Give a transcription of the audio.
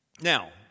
Now